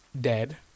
dead